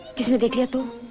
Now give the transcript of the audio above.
isn't this little